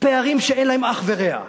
פערים שאין להם אח ורע.